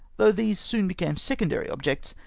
these soon became se condary objects,